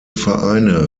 vereine